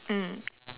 mm